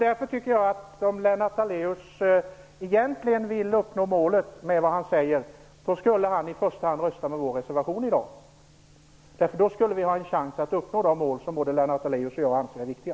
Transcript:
Därför tycker jag att om Lennart Daléus verkligen vill uppnå målet med vad han säger skulle han i första hand rösta med vår reservation i dag. Då skulle vi ha en chans att uppnå de mål som både Lennart Daléus och jag anser är viktiga.